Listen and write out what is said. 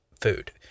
food